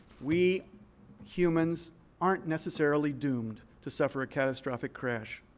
we humans aren't necessarily doomed to suffer a catastrophic crash,